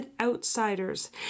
outsiders